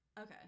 Okay